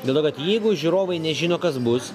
dėl to kad jeigu žiūrovai nežino kas bus